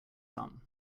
some